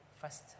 first